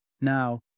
Now